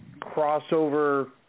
crossover